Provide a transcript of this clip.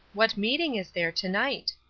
what meeting is there to-night?